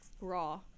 Raw